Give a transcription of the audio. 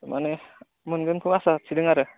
माने मोनगोनखौ आसाथिदों आरो